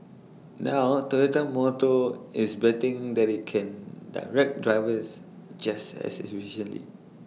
now Toyota motor is betting that IT can direct drivers just as efficiently